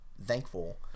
Thankful